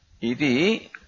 Iti